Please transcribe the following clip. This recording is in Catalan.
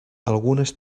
algunes